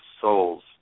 souls